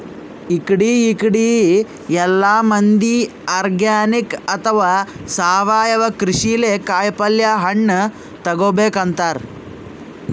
ಇಕಡಿ ಇಕಡಿ ಎಲ್ಲಾ ಮಂದಿ ಆರ್ಗಾನಿಕ್ ಅಥವಾ ಸಾವಯವ ಕೃಷಿಲೇ ಕಾಯಿಪಲ್ಯ ಹಣ್ಣ್ ತಗೋಬೇಕ್ ಅಂತಾರ್